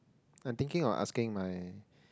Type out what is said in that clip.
I'm thinking of asking my